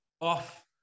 off